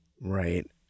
Right